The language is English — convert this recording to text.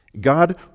God